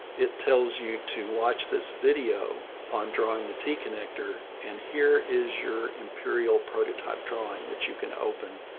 it tells you to watch this video on drawing the t-connector and here is your imperial prototype drawing that you can open,